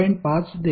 5 देईल